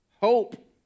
Hope